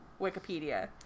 wikipedia